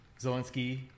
Zelensky